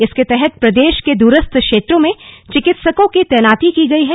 इसके तहत प्रदेश के दूरस्थ क्षेत्रों में चिकित्सकों की तैनाती की गयी है